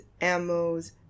ammos